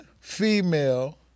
female